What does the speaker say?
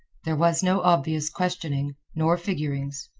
there was no obvious questioning, nor figurings,